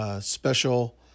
special